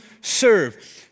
serve